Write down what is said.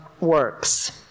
works